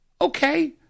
Okay